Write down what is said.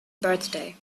birthday